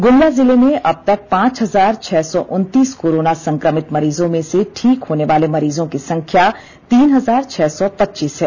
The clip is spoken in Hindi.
गुमला जिले में अब तक पांच हजार छह सौ उनतीस कोरोना संक्रमित मरीजों में से ठीक होने वाले मरीजों की संख्या तीन हजार छह सौ पच्चीस है